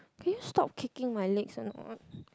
can you stop kicking my legs or not